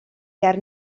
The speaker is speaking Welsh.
ger